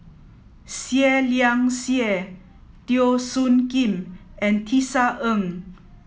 Seah Liang Seah Teo Soon Kim and Tisa Ng